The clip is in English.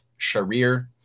sharir